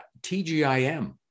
TGIM